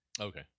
Okay